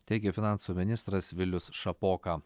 taigė finansų ministras vilius šapoka